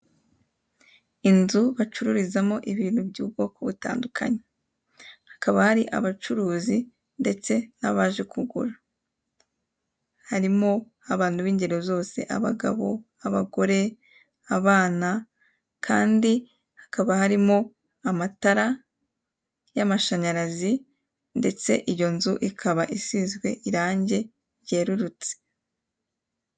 Inzu bacururizamo ibintu by'ubwoko butandukanye, hakaba hari abacuruzi ndetse nabaje kugura. Harimo abantu b'ingeri zose; abagabo, abagore, abana kandi hakaba harimo amatara y'amashanyarazi, ndetse iyo nzu ikaba isizwe irange ryerurutse.